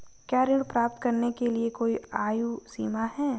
क्या ऋण प्राप्त करने के लिए कोई आयु सीमा है?